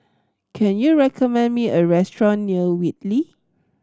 can you recommend me a restaurant near Whitley